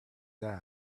die